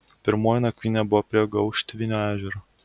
pirmoji nakvynė buvo prie gauštvinio ežero